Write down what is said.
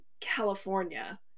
California